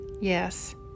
Yes